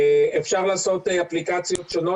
אפשר לעשות אפליקציות שונות.